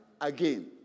again